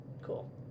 cool